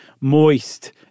moist